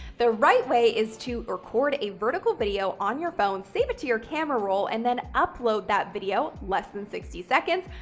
the right way is to record a vertical video on your phone, save it to your camera roll, and then upload that video, less than sixty seconds,